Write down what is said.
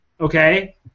Okay